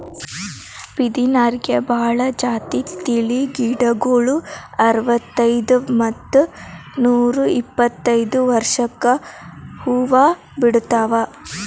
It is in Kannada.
ಬಿದಿರ್ನ್ಯಾಗ್ ಭಾಳ್ ಜಾತಿ ತಳಿ ಗಿಡಗೋಳು ಅರವತ್ತೈದ್ ಮತ್ತ್ ನೂರ್ ಇಪ್ಪತ್ತೈದು ವರ್ಷ್ಕ್ ಹೂವಾ ಬಿಡ್ತಾವ್